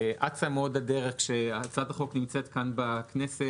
אצה מאוד הדרך כשהצעת החוק נמצאת כאן בכנסת,